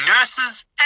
nurses